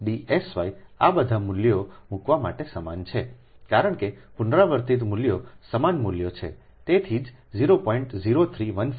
તેથી D s y આ બધા મૂલ્યો મૂકવા માટે સમાન છે કારણ કે પુનરાવર્તિત મૂલ્યો સમાન મૂલ્ય છે તેથી જ 0